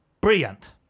Brilliant